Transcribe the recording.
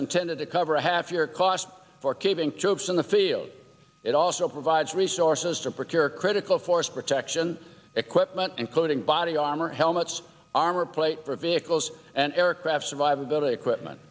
intended to cover a half year cost for keeping troops in the field it also provides resources to prepare critical force protection equipment including body armor helmets armor plate for vehicles and aircraft survivability equipment